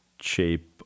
shape